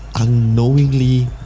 unknowingly